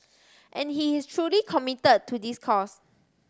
and he is truly commit to this cause